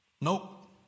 Nope